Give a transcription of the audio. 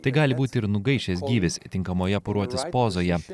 tai gali būti ir nugaišęs gyvis tinkamoje poruotis pozoje